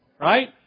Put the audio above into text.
Right